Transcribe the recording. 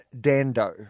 Dando